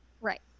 Right